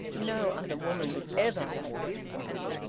no other woman was ever like this woman!